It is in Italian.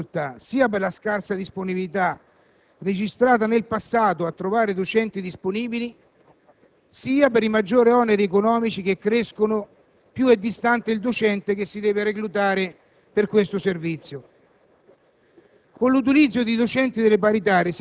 Ebbene, questo rappresenta una difficoltà storicasia per la scarsa disponibilità registrata nel passato a trovare docenti disponibili, sia per i maggiori oneri economici che crescono quanto maggiore è distante il docenteche si deve reclutare per tale servizio.